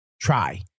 Try